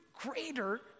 greater